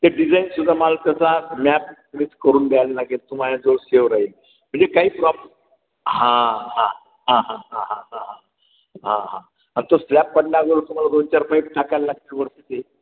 ते डिझाईनसुदधा मला तसा मॅपच तुम्हीच करून द्यायला लागेल तुम्हाला जवळ शेव राहील म्हणजे काही प्रॉब् हां हां हां हां हां हां हां हां हां हां हां तो स्लॅब पडल्यावर तुम्हाला दोन चार पाईप टाकायला लागते वरती ते